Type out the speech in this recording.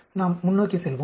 நாம் முன்னோக்கி செல்வோம்